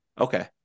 Okay